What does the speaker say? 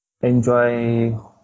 enjoy